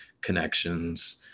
connections